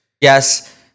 yes